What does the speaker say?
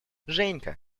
женька